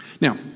Now